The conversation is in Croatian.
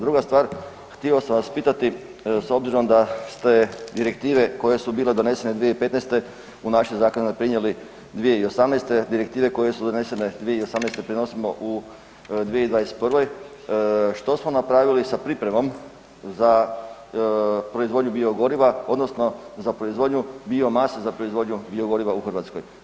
Druga stvar htio sam vas pitati s obzirom da ste direktive koje su bile donesene 2015. u naše zakone prenijeli 2018., direktive koje su donesene 2018. prenosimo u 2021., što smo napravili sa pripremom za proizvodnju biogoriva odnosno za proizvodnju biomase za proizvodnju biogoriva u Hrvatskoj.